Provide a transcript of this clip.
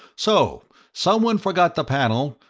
so someone forgot the panel,